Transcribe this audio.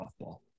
softball